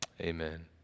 amen